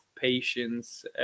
patience